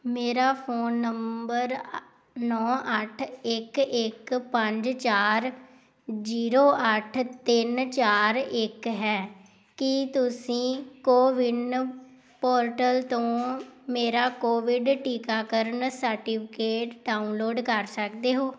ਮੇਰਾ phone number ਨੌ ਅੱਠ ਇੱਕ ਇੱਕ ਪੰਜ ਚਾਰ ਜ਼ੀਰੋ ਅੱਠ ਤਿੰਨ ਚਾਰ ਇੱਕ ਹੈ ਕੀ ਤੁਸੀਂ ਕੋਵਿੰਨ ਪੋਰਟਲ ਤੋਂ ਮੇਰਾ ਕੋਵਿਡ ਟੀਕਾਕਰਨ ਸਰਟੀਫਿਕੇਟ ਡਾਊਨਲੋਡ ਕਰ ਸਕਦੇ ਹੋ